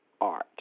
art